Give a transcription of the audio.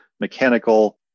mechanical